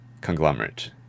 conglomerate